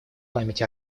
память